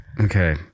Okay